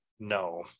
No